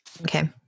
Okay